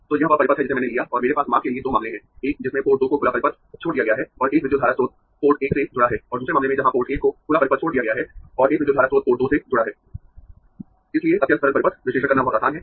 तो यह वह परिपथ है जिसे मैंने लिया और मेरे पास माप के लिए दो मामले है एक जिसमें पोर्ट 2 को खुला परिपथ छोड़ दिया गया है और एक विद्युत धारा स्रोत पोर्ट 1 से जुड़ा है और दूसरे मामले में जहां पोर्ट 1 को खुला परिपथ छोड़ दिया गया है और एक विद्युत धारा स्रोत पोर्ट 2 से जुड़ा है इसलिए अत्यंत सरल परिपथ विश्लेषण करना बहुत आसान है